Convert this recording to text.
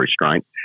restraint